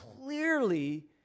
clearly